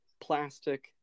plastic